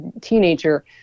teenager